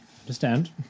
Understand